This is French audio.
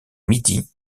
midi